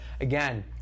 again